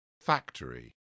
Factory